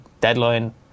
deadline